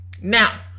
Now